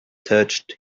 touched